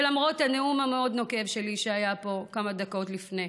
ולמרות הנאום המאוד-נוקב שלי שהיה פה כמה דקות לפני.